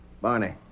Barney